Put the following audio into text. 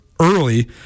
early